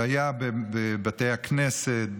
זה היה בבתי הכנסת,